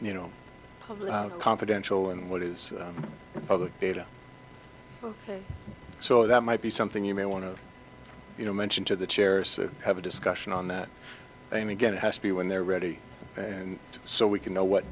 you know confidential and what is public data so that might be something you may want to you know mention to the chairs have a discussion on that name again it has to be when they're ready and so we can know what